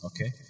Okay